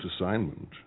assignment